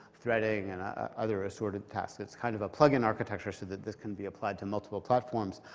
threading, and other assorted tasks. it's kind of a plug-in architecture so that this can be applied to multiple platforms,